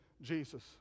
Jesus